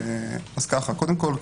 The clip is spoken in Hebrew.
קודם כול,